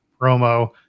promo